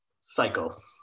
cycle